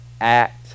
act